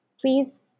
Please